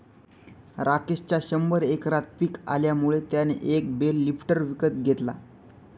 राकेशच्या शंभर एकरात पिक आल्यामुळे त्याने एक बेल लिफ्टर विकत घेतला